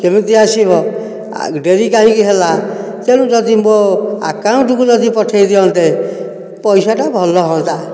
କେମିତି ଆସିବ ଡେରି କାହିଁକି ହେଲା ତେଣୁ ଯଦି ମୋ ଆକାଉଣ୍ଟକୁ ଯଦି ପଠେଇ ଦିଅନ୍ତେ ପଇସାଟା ଭଲ ହୁଅନ୍ତା